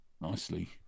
nicely